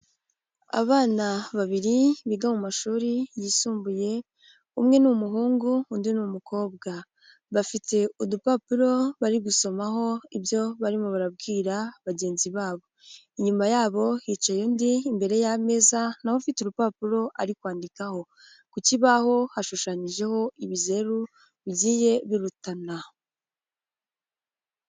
Abana babiri biga mu mashuri yisumbuye, umwe n'umuhungu, undi n'ukobwa, bafite udupapuro bari gusomaho ibyo barimo barabwira bagenzi babo, inyuma yabo hicaye undi, imbere y'ameza nawe ufite urupapuro ari kwandikaho, ku kibaho hashushanyijeho ibizeru bigiye birutana.